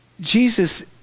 Jesus